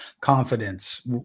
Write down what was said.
confidence